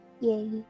Yay